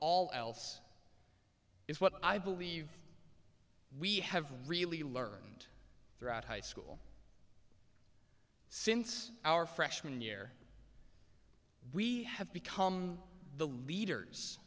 all else is what i believe we have really learned throughout high school since our freshman year we have become the leaders